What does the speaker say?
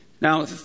Now